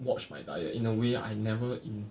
watch my diet in a way I never in